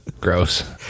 Gross